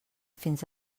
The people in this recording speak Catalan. fins